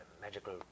magical